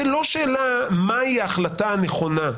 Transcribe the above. זה לא שאלה מהי ההחלטה הנכונה.